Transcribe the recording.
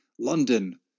London